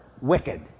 wicked